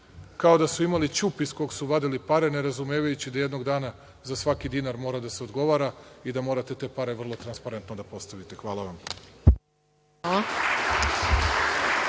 Kao da su imali ćup iz kog su vadili pare nerazumevajući da jednog dana za svaki dinar mora da se odgovara i da morate te pare vrlo transparentno da postavite. Hvala vam.